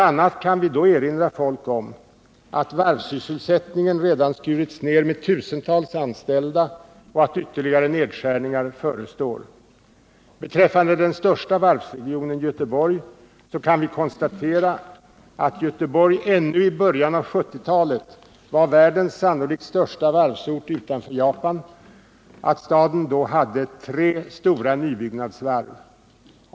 a. kan vi då erinra folk om att varvssysselsättningen redan har skurits ner med tusentals arbetstillfällen och att ytterligare nedskärningar förestår. Beträffande den största varvsregionen kan vi konstatera att Göteborg ännu i början av 1970-talet var världens sannolikt största varvsort utanför Japan och att staden då hade tre stora nybyggnadsvarv.